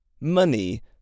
Money